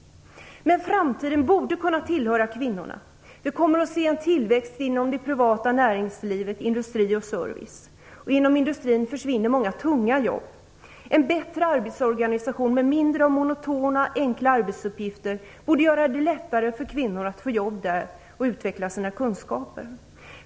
Men framtiden borde kunna tillhöra kvinnorna. Vi kommer att se en tillväxt inom det privata näringslivet, inom industri och service. Och inom industrin försvinner många tunga jobb. En bättre arbetsorganisation, med mindre av monotona enkla arbetsuppgifter, borde göra det lättare för kvinnor att få jobb där och utveckla sina kunskaper.